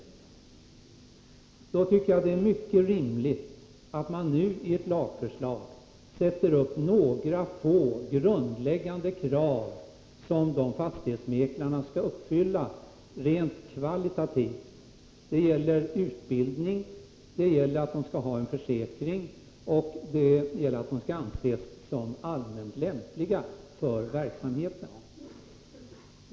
Då tycker jag att det är mycket rimligt att man sätter upp några få grundläggande krav som fastighetsmäklarna skall uppfylla rent kvalitativt. De skall ha en utbildning, de skall ha en försäkring och de skall anses som allmänt lämpliga för verksamheten.